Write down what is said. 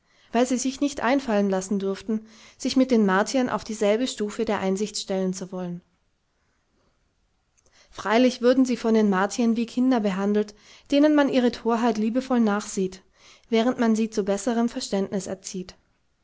weil sie sich nicht einfallen lassen durften sich mit den martiern auf dieselbe stufe der einsicht stellen zu wollen freilich wurden sie von den martiern wie kinder behandelt denen man ihre torheit liebevoll nachsieht während man sie zu besserem verständnis erzieht